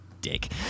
dick